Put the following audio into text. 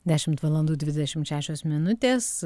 dešimt valandų dvidešimt šešios minutės